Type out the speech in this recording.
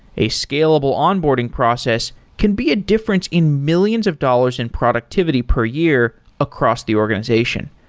a scalable onboarding process can be a difference in millions of dollars in productivity per year across the organization.